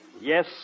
Yes